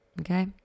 Okay